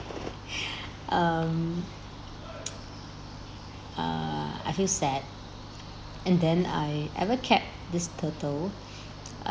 um err I feel sad and then I ever kept this turtle